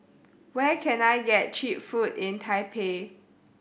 where can I get cheap food in Taipei